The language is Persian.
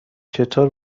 چطور